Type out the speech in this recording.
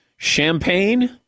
Champagne